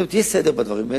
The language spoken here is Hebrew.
זאת אומרת, יש סדר בדברים האלה.